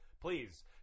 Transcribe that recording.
please